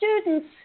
students